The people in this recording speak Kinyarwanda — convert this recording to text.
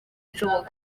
ibishoboka